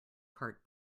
cart